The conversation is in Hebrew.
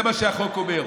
זה מה שהחוק אומר.